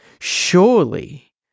surely